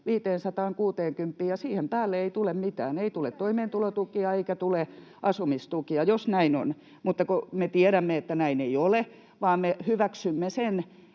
560:een, ja siihen päälle ei tule mitään, ei tule toimeentulotukea eikä tule asumistukea, jos näin on, mutta kun me tiedämme, että näin ei ole, vaan me hyväksymme sen,